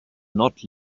not